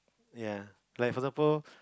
ya like for example